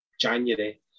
January